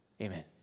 Amen